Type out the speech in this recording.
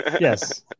Yes